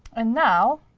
and now,